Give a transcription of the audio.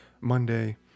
Monday